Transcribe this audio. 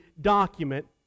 document